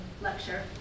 Lecture